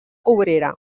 obrera